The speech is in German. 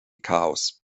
chaos